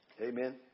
Amen